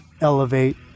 elevate